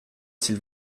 s’il